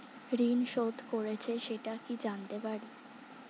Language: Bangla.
ঋণ শোধ করেছে সেটা কি জানতে পারি?